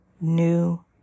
new